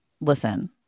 listen